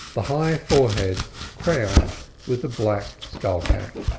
the high forehead crowned with the black skullcap.